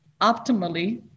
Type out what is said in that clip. optimally